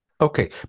Okay